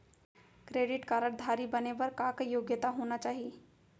Credit card धारी बने बर का का योग्यता होना चाही?